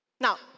Now